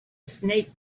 snake